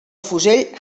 fusell